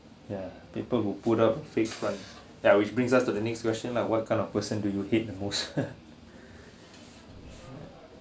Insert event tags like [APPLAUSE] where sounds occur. ya people who put up fake front ya which brings us to the next question lah what kind of person do you hate the most [LAUGHS]